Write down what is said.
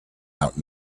out